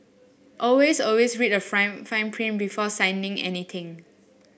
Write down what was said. always always read the fine fine print before signing anything